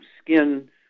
skin